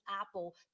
apple